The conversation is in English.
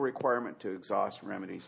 requirement to exhaust remedies